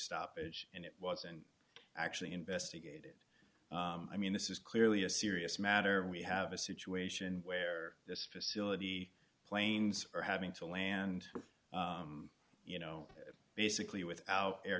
stoppage and it wasn't actually investigated i mean this is clearly a serious matter we have a situation where this facility planes are having to land you know basically without air